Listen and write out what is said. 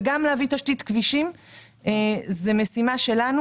וגם להביא תשתית כבישים זו משימה שלנו.